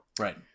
Right